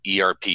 ERP